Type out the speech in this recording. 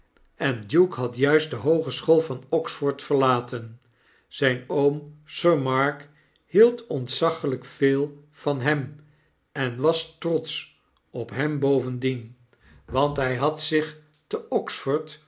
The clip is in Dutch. en duke had juist de hoogeschool van oxford verlaten zyn oom sir mark hield ontzaglyk veel van hem en was trotsch op hem bovendien want hy had zich te oxford